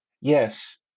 Yes